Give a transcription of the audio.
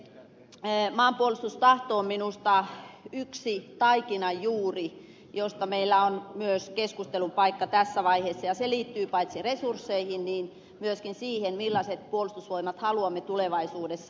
maanpuolustustahto on minusta yksi taikinanjuuri josta meillä on myös keskustelun paikka tässä vaiheessa ja se liittyy paitsi resursseihin myös siihen millaiset puolustusvoimat haluamme tulevaisuudessa